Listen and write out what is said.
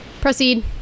Proceed